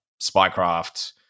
Spycraft